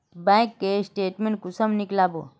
Bank के statement कुंसम नीकलावो?